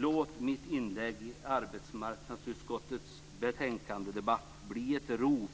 Låt mitt inlägg i debatten om arbetsmarknadsutskottets betänkande bli ett rop